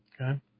Okay